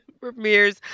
premieres